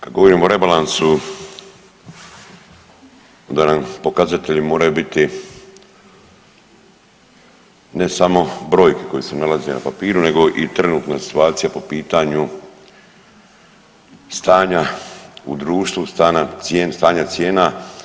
Kad govorimo o rebalansu onda nam pokazatelji moraju biti ne samo broj koji se nalazi na papiru nego i trenutna situacija po pitanju stanja u društvu, stanja, stanja cijena.